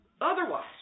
otherwise